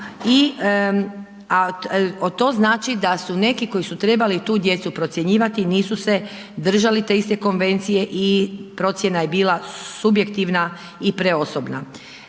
a to znači da su neki koji su trebali tu djecu procjenjivati, nisu se držali te iste konvencije i procjena je bila subjektivna i preosobna.